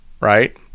right